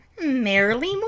merrily